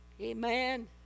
Amen